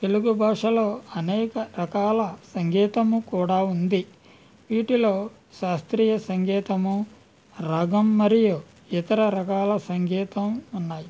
తెలుగు భాషలో అనేక రకాల సంగీతము కూడా ఉంది వీటిలో శాస్త్రీయ సంగీతము రాగం మరియు ఇతర రకాల సంగీతం ఉన్నాయి